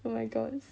oh my god